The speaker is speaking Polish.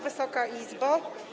Wysoka Izbo!